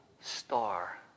star